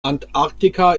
antarktika